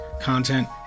content